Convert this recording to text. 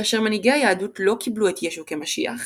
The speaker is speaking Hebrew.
כאשר מנהיגי היהדות לא קיבלו את ישו כמשיח,